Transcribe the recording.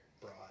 broad